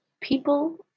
people